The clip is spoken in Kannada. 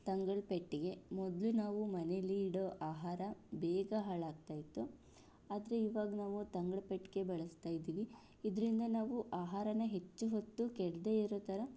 ತಂಗಳು ಪೆಟ್ಟಿಗೆ ಮೊದಲು ನಾವು ಮನೆಯಲ್ಲಿ ಇಡೋ ಆಹಾರ ಬೇಗ ಹಾಳಾಗ್ತಾ ಇತ್ತು ಆದರೆ ಇವಾಗ ನಾವು ತಂಗಳು ಪೆಟ್ಟಿಗೆ ಬಳಸ್ತಾ ಇದ್ದೀವಿ ಇದರಿಂದ ನಾವು ಆಹಾರನ ಹೆಚ್ಚು ಹೊತ್ತು ಕೆಡದೆ ಇರೋ ಥರ